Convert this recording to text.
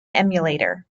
emulator